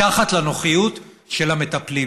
מתחת לנוחיות של המטפלים.